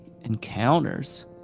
encounters